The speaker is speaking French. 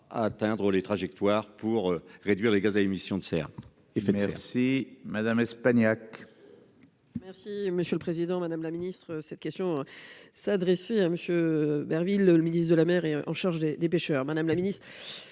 atteindre les trajectoires pour réduire les gaz à émission de serre. Il merci Madame Espagnac. Merci, monsieur le Président Madame la Ministre cette question. S'adresser à monsieur Berville, le ministre de la mer et en charge des des pêcheurs Madame la Ministre.